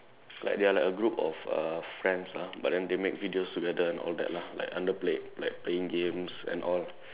like they're like a group of uh friends lah but then they make videos together and all that lah like under play like playing games and all